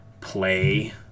play